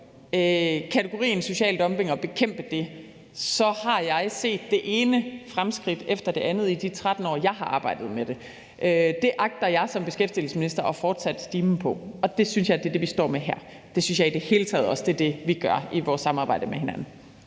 af social dumping, at jeg har set det ene fremskridt efter det andet i de 13 år, jeg har arbejdet med det. Den stime agter jeg som beskæftigelsesminister at fortsætte, og det synes jeg er det, vi gør her. Det synes jeg i det hele taget også er det, vi gør i vores samarbejde med hinanden.